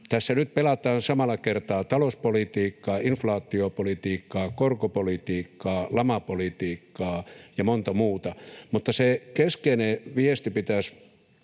tässä nyt pelataan samalla kertaa talouspolitiikkaa, inflaatiopolitiikkaa, korkopolitiikkaa, lamapolitiikkaa ja monta muuta. Mutta sen keskeisen viestin pitäisi